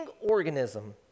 organism